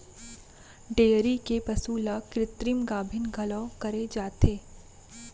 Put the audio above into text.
dairy के पसु ल कृत्रिम गाभिन घलौ करे जाथे